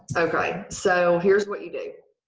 okay. so here's what you do